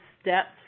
steps